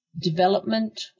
development